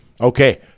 Okay